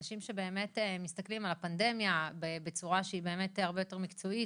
האנשים שבאמת מסתכלים על הפנדמיה בצורה שהיא באמת הרבה יותר מקצועית,